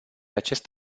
acest